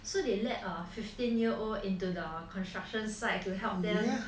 so they let a fifteen year old into the construction site to help them